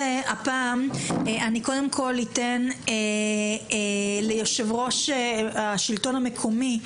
קודם כול אתן ליושב-ראש מרכז השלטון המקומי,